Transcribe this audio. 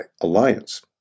Alliance